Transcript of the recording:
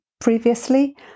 previously